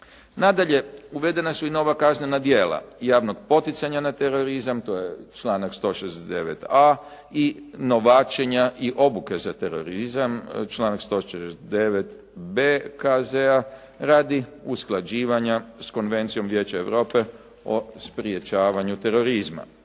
Nadalje uvedena su i nova kaznena djela javnog poticanja na terorizam, to je članak 169.a i novačenja i obuke za terorizam članak 149.b KZ-a radi usklađivanja s Konvencijom Vijeća Europe o sprječavanju terorizma.